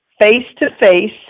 face-to-face